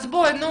אז בואי נו.